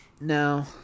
No